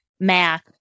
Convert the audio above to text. math